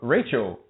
Rachel